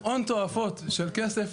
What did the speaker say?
שעולות מובילות לנקודה אחת מאוד ספציפית: